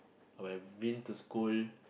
when I've been to school